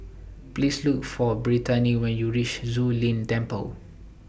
Please Look For Brittany when YOU REACH Zu Lin Temple